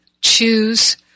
choose